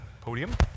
podium